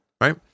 right